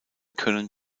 können